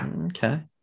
Okay